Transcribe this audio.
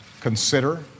consider